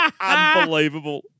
unbelievable